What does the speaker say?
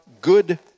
good